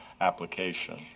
application